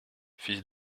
fils